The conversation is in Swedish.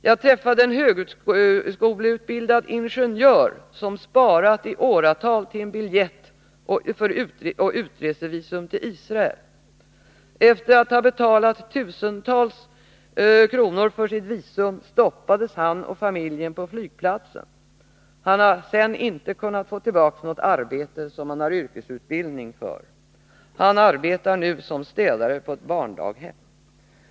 Jag träffade en högskoleutbildad ingenjör, som hade sparat i åratal till en biljett och utresevisum till Israel. Efter att ha betalat tusentals kronor för sitt visum stoppades han och familjen på flygplatsen. Han har sedan inte kunnat få tillbaka något arbete som han har utbildning för. Han arbetar nu som städare på ett barndaghem.